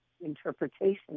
interpretation